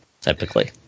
Typically